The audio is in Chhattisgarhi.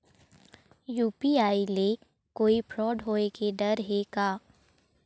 यू.पी.आई ले कोई फ्रॉड होए के डर हे का?